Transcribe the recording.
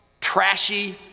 trashy